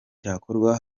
cyakorwa